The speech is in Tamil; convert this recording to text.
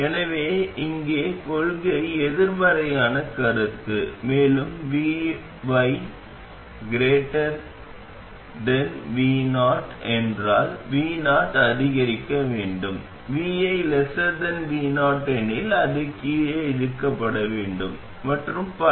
எனவே இங்கே கொள்கை எதிர்மறையான கருத்து மேலும் vi vo என்றால் vo அதிகரிக்க வேண்டும் vi vo எனில் அது கீழே இழுக்கப்பட வேண்டும் மற்றும் பல